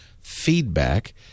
feedback